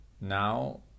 now